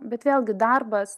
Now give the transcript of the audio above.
bet vėlgi darbas